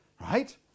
Right